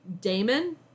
Damon